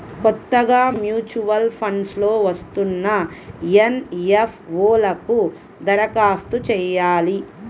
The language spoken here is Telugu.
కొత్తగా మూచ్యువల్ ఫండ్స్ లో వస్తున్న ఎన్.ఎఫ్.ఓ లకు దరఖాస్తు చెయ్యాలి